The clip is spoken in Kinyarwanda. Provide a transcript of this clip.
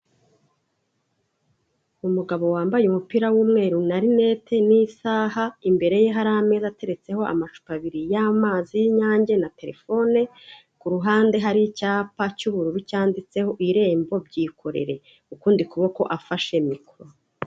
Umugabo wambaye umupira w'umweru na rinete n'isaha, imbere ye hari ameza ateretseho amacupa abiri y'amazi y'Inyange na telefone, ku ruhande hari icyapa cy'ubururu cyanditseho irembo byikorere, ukundi kuboko afashe mikoro.